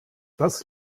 das